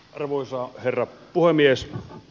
arvoisa herra puhemies